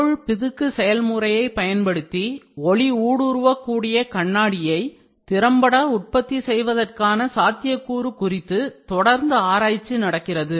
பொருள் பிதுக்கு செயல்முறையைப் material extrusion process பயன்படுத்தி ஒளி ஊடுருவக்கூடிய கண்ணாடியை திறம்பட உற்பத்தி செய்வதற்கான சாத்தியக்கூறு குறித்து தொடர்ந்து ஆராய்ச்சி நடக்கிறது